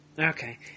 Okay